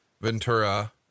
Ventura